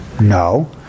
No